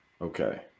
Okay